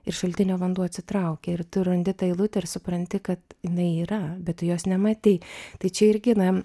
ir šaltinio vanduo atsitraukia ir tu randi tą eilutę ir supranti kad jinai yra bet tu jos nematei tai čia irgi na